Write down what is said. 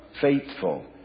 faithful